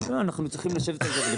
לא, אנחנו צריכים לשבת על זה.